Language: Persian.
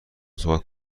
صحبت